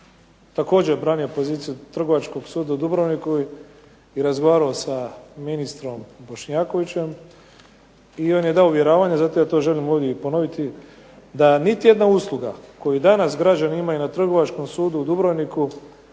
također obranio poziciju Trgovačkog suda u Dubrovniku i razgovarao sa ministrom Bošnjakovićem i on je dao uvjeravanja, zato ja to želim ovdje i ponoviti, da niti jedna usluga koju danas građani imaju na Trgovačkom sudu u Dubrovniku